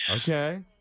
Okay